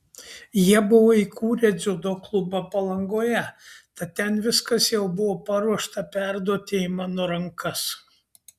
jie buvo įkūrę dziudo klubą palangoje tad ten viskas jau buvo paruošta perduoti į mano rankas